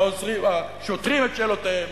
והשוטרים את שאלותיהם,